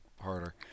harder